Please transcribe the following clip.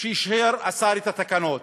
כשהשר אישר את התקנות.